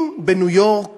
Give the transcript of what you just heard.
אם בניו-יורק